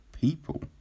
people